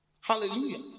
Hallelujah